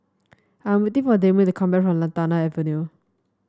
I'm waiting for Damond to come back from Lantana Avenue